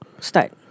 start